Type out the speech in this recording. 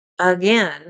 again